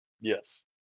Yes